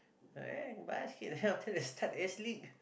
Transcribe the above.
eh basket then after that start S-League